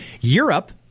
Europe